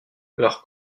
leur